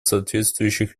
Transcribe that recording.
соответствующих